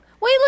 Wait